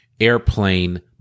airplane